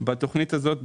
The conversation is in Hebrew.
בתוכנית הזאת,